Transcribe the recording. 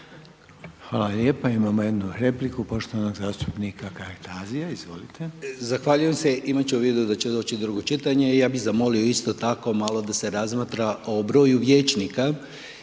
Hvala lijepa, imamo jednu repliku poštovanog zastupnika Kajtazija.